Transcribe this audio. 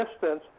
distance